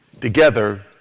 Together